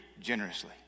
generously